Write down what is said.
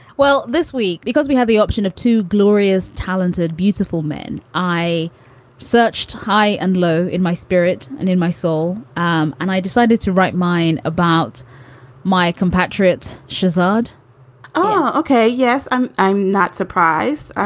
well, this week, because we have the option of two glorious, talented, beautiful men. i searched high and low in my spirit and in my soul, um and i decided to write mine about my compatriot shahzad oh, ok. yes. i'm i'm not surprised